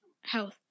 health